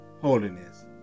holiness